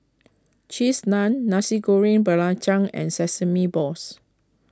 Cheese Naan Nasi Goreng Belacan and Sesame Balls